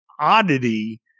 oddity